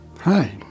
Hi